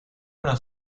una